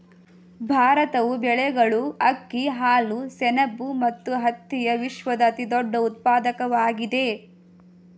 ಭಾರತವು ಬೇಳೆಕಾಳುಗಳು, ಅಕ್ಕಿ, ಹಾಲು, ಸೆಣಬು ಮತ್ತು ಹತ್ತಿಯ ವಿಶ್ವದ ಅತಿದೊಡ್ಡ ಉತ್ಪಾದಕವಾಗಿದೆ